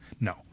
No